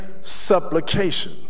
supplication